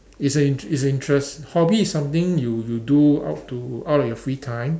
is a inter~ is a interest hobby is something you you do out to out of your free time